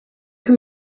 que